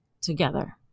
together